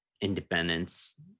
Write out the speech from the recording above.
independence